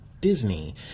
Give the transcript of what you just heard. Disney